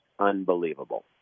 unbelievable